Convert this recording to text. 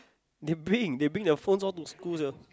they bring they bring their phones all to school sia